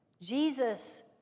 Jesus